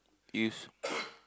if